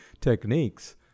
techniques